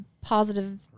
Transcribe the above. positive